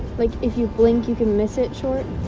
like if you blink you could miss it short.